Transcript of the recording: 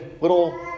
little